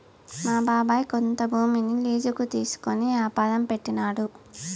మా బాబాయ్ కొంత భూమిని లీజుకి తీసుకునే యాపారం పెట్టినాడు